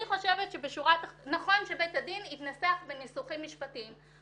אני חושבת שנכון שבית הדין התנסח בניסוחים משפטיים,